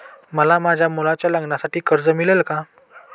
मला माझ्या मुलाच्या लग्नासाठी कर्ज मिळेल का?